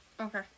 Okay